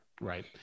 Right